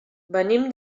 venim